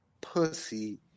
pussy